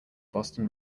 boston